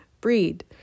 breed